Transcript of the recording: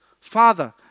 father